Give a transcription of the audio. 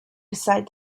decide